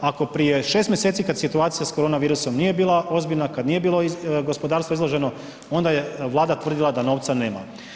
Ako prije 6 mjeseci kad situacija s koronavirusom nije bila ozbiljna, kad nije bilo gospodarstvo izloženo onda je Vlada tvrdila da novca nema.